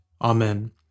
Amen